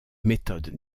méthodes